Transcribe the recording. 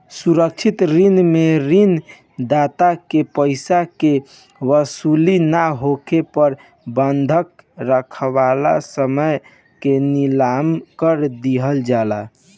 सुरक्षित ऋण में ऋण दाता के पइसा के वसूली ना होखे पर बंधक राखल समान के नीलाम कर दिहल जाला